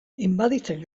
inbaditzen